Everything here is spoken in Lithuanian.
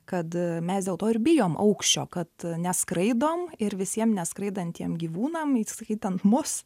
kad mes dėl to ir bijom aukščio kad neskraidom ir visiem neskraidantiem gyvūnam įskaitant mus